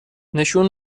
نشون